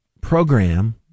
program